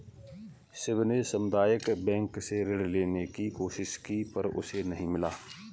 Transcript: शिव ने सामुदायिक बैंक से ऋण लेने की कोशिश की पर उसे नही मिला